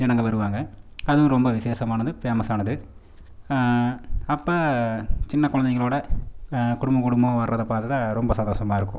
ஜனங்க வருவாங்க அதுவும் ரொம்ப விசேஷமானது பேமஸ்ஸானது அப்போ சின்ன குழந்தைங்களோட குடும்பம் குடும்பமாக வரறத பார்த்து தான் ரொம்ப சந்தோஷமாக இருக்கும்